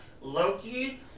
Loki